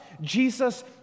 Jesus